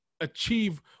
achieve